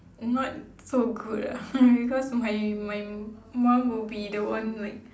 not so good ah because my my mom will be the one like